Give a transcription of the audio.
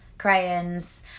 crayons